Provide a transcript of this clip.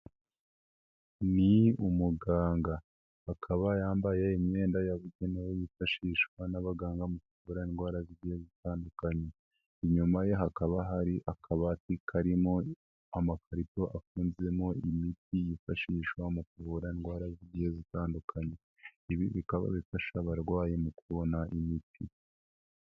Ni umuganga, akaba yambaye imyenda yabugenewe yifashishwa n'abaganga mu ku kuvu indwara zigiye zitandukanye, inyuma ye hakaba hari akabati karimo amakarito afunzemo imiti yifashishwa mu kuvura indwara zigiye zitandukanye, ibi bikaba bifasha abarwayi mu kubona imiti.